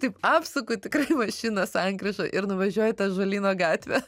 taip apsuku tikrai mašiną sankryžoj ir nuvažiuoju į tą žolyno gatvę